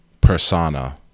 persona